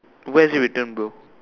where is it written bro